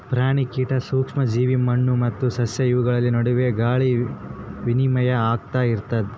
ಪ್ರಾಣಿ ಕೀಟ ಸೂಕ್ಷ್ಮ ಜೀವಿ ಮಣ್ಣು ಮತ್ತು ಸಸ್ಯ ಇವುಗಳ ನಡುವೆ ಗಾಳಿ ವಿನಿಮಯ ಆಗ್ತಾ ಇರ್ತದ